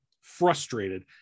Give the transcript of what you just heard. frustrated